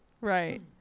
right